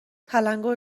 تلنگور